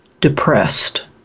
depressed